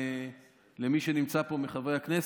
למי שנמצא פה מחברי הכנסת,